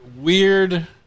weird